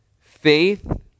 faith